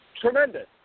tremendous